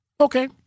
Okay